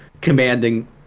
commanding